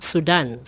Sudan